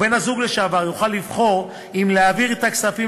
ובן-הזוג לשעבר יוכל לבחור אם להעביר את הכספים